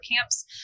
camps